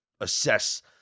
assess